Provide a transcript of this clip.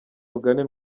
mugani